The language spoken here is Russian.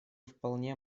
вполне